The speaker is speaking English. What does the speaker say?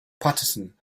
patterson